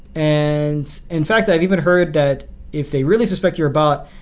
and in fact i've even heard that if they really suspect you're a bot,